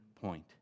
point